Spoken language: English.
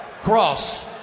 cross